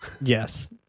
yes